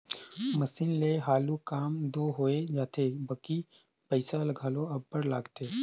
machine ले हालु काम दो होए जाथे बकि पइसा घलो अब्बड़ लागथे